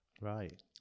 right